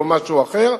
או משהו אחר.